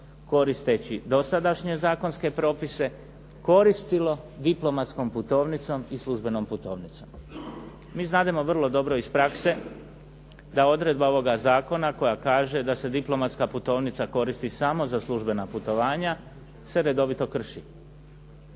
koristeći dosadašnje zakonske propise koristilo diplomatskom putovnicom i službenom putovnicom. Mi znademo vrlo dobro iz prakse da odredba ovoga zakona koja kaže da se diplomatska putovnica koristi samo za službena putovanja se redovito krši.